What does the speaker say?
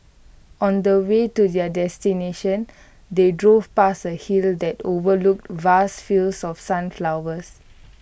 on the way to their destination they drove past A hill that overlooked vast fields of sunflowers